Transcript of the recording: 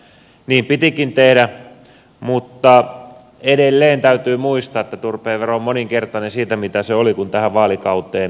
niin pitikin tehdä mutta edelleen täytyy muistaa että turpeen vero on moninkertainen verrattuna siihen mitä se oli kun tähän vaalikauteen lähdettiin